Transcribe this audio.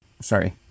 sorry